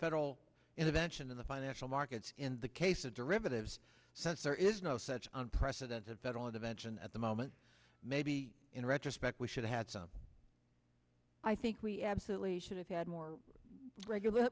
federal intervention in the financial markets in the case of derivatives since there is no such unprecedented federal intervention at the moment maybe in retrospect we should have had some i think we absolutely should have had more regular